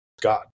god